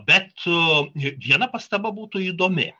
bet viena pastaba būtų įdomi